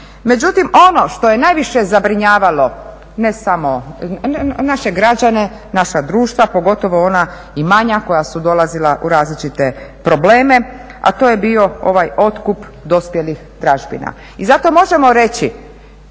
Međutim, ono što je najviše zabrinjavalo, ne samo naše građane, naša društva pogotovo ona i manja koja su dolazila u različite probleme, a to je bio ovaj otkup dospjelih tražbina. I zato možemo reći,